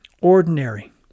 ordinary